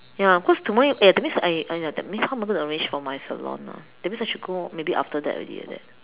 ya cause tomorrow you eh that means I I that means how am I going to arrange for my salon ah that means I should go after that already like that